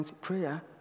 Prayer